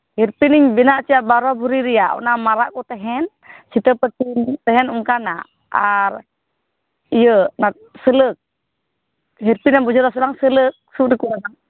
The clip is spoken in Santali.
ᱦᱤᱨᱯᱤᱱ ᱤᱧ ᱵᱮᱱᱟᱣ ᱦᱚᱪᱚᱭᱟ ᱵᱟᱨᱚ ᱵᱷᱚᱨᱤ ᱨᱮᱭᱟᱜ ᱚᱱᱟ ᱢᱟᱨᱟᱜ ᱠᱚ ᱛᱟᱦᱮᱱ ᱥᱤᱛᱟᱹᱯᱟᱹᱴᱤ ᱛᱟᱦᱮᱱ ᱚᱱᱠᱟᱱᱟᱜ ᱟᱨ ᱤᱭᱟᱹ ᱚᱱᱟ ᱥᱩᱞᱟᱹᱠ ᱦᱤᱨᱯᱤᱱ ᱮᱢ ᱵᱩᱡᱷᱟᱹᱣ ᱮᱫᱟᱥᱮ ᱵᱟᱝ ᱥᱩᱞᱟᱹᱠ ᱥᱩᱫ ᱨᱮᱠᱚ ᱞᱟᱜᱟᱣ